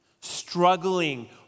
struggling